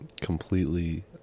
completely